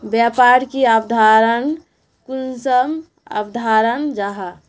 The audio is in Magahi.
व्यापार की अवधारण कुंसम अवधारण जाहा?